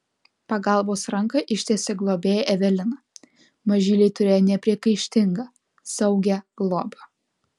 pagalbos ranką ištiesė globėja evelina mažyliai turėjo nepriekaištingą saugią globą